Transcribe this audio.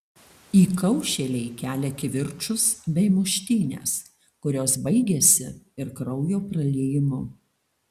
įkaušėliai kelia kivirčus bei muštynes kurios baigiasi ir kraujo praliejimu